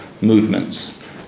movements